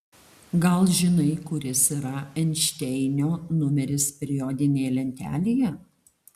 gal žinai kuris yra einšteinio numeris periodinėje lentelėje